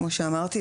כמו שאמרתי,